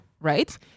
right